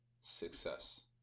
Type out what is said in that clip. success